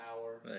power